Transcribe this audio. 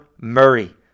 Murray